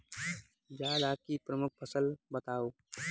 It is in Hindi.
जायद की प्रमुख फसल बताओ